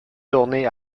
tourné